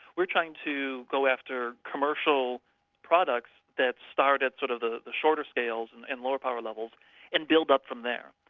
we're trying to go after commercial products that start at sort of the the shorter scales and and lower power levels and build up from there.